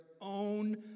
own